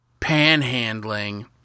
panhandling